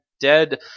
Dead